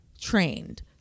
trained